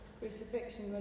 Crucifixion